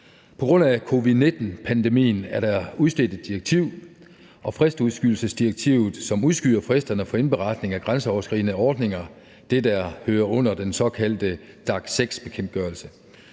På grund af covid-19-pandemien er der udstedt et direktiv, fristudskydelsesdirektivet, som udskyder fristerne for indberetning af grænseoverskridende ordninger – det, der hører under den såkaldte DAC6-bekendtgørelse.